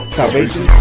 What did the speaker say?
salvation